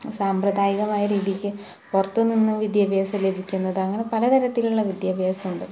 സാമ്പ്രദായികമായ രീതിക്ക് പുറത്തു നിന്ന് വിദ്യാഭ്യാസം ലഭിക്കുന്നത് അങ്ങനെ പല തരത്തിലുള്ള വിദ്യാഭ്യാസം ഉണ്ട്